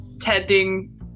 Tending